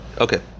Okay